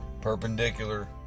perpendicular